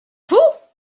vous